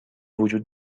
وجود